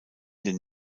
den